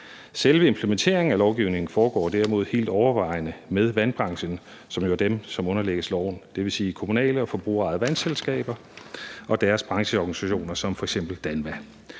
Selve implementeringen af lovgivningen foregår derimod helt overvejende med vandbranchen, som jo er dem, som underlægges loven, dvs. kommunale og forbrugerejede vandselskaber og deres brancheorganisationer som f.eks. DANVA.